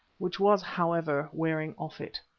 which was, however, wearing off it.